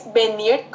venir